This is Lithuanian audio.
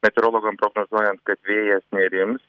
meteorologam prognozuojant kad vėjas nerims